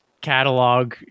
catalog